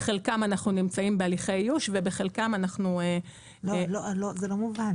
בחלקם אנחנו נמצאים בהליכי איוש ובחלקם אנחנו --- זה לא מובן.